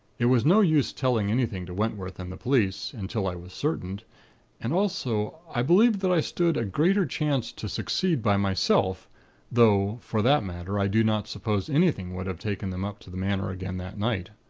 it was no use telling anything to wentworth and the police, until i was certain and, also, i believed that i stood a greater chance to succeed by myself though, for that matter, i do not suppose anything would have taken them up to the manor again that night.